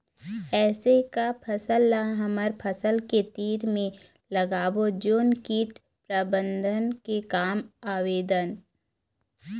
ऐसे का फसल ला हमर फसल के तीर मे लगाबो जोन कीट प्रबंधन के काम आवेदन?